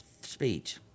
speech